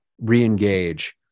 re-engage